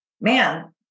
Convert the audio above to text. man